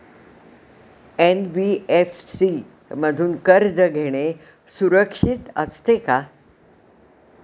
NBFC मधून कर्ज घेणे सुरक्षित असते का?